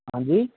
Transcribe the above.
ਹਾਂਜੀ